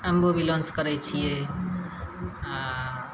अनुलोम बिलोमस करैत छियै आ